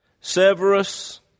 Severus